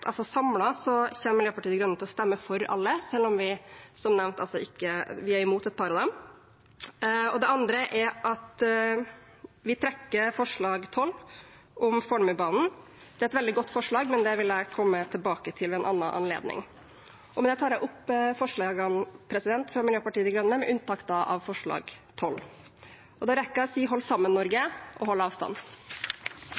altså samlet, kommer Miljøpartiet De Grønne til å stemme for alle, selv om vi som nevnt er imot et par av dem. Det andre er at vi trekker forslag nr. 12, om Fornebubanen. Det er et veldig godt forslag, men det vil jeg komme tilbake til ved en annen anledning. Med det tar jeg opp de forslagene Miljøpartiet De Grønne har sammen med Rødt, med unntak av forslag nr. 12, og dem vi er alene om. Og jeg rekker å si: Hold sammen, Norge,